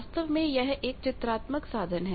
वास्तव में यह एक चित्रात्मक साधन है